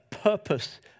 purpose